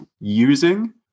using